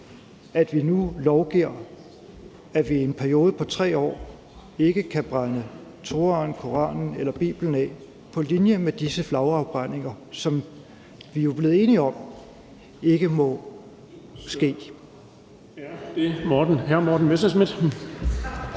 at vi nu lovgiver om, at vi i en periode på 3 år ikke kan brænde Toraen, Koranen eller Bibelen af for at være på linje med disse flagafbrændinger, som vi jo er blevet enige om ikke må ske. Kl. 13:48 Den fg.